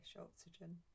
oxygen